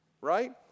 Right